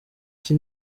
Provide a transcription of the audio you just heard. iki